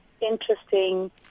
interesting